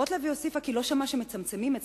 רוטלוי הוסיפה כי לא שמעה שמצמצמים את